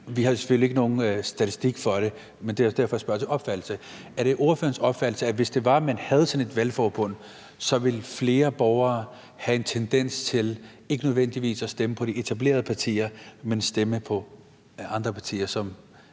Nu har vi selvfølgelig ikke nogen statistik for det; det er derfor, jeg spørger til ordførerens opfattelse: Er det ordførerens opfattelse, at hvis man havde sådan et valgforbund, så ville flere borgere have en tendens til ikke nødvendigvis at stemme på de etablerede partier, men stemme på andre partier, som